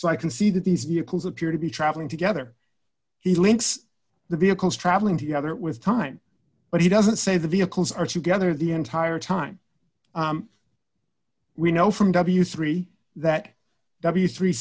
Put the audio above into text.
so i can see that these vehicles appear to be traveling together he links the vehicles traveling together with time but he doesn't say the vehicles are together the entire time we know from w three that w three